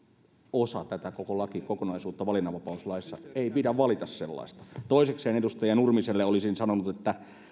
osa tätä koko lakikokonaisuutta valinnanvapauslaissa ei pidä valita sellaista toisekseen edustaja nurmiselle olisin sanonut että